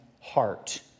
heart